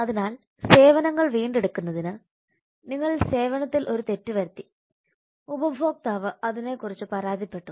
അതിനാൽ സേവനങ്ങൾ വീണ്ടെടുക്കുന്നതിന് നിങ്ങൾ സേവനത്തിൽ ഒരു തെറ്റ് വരുത്തി ഉപഭോക്താവ് അതിനെക്കുറിച്ച് പരാതിപ്പെട്ടു